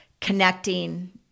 connecting